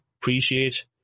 appreciate